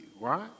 right